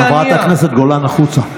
חברת הכנסת גולן, החוצה.